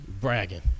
bragging